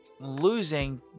losing